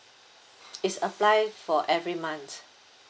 it's apply for every month